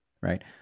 right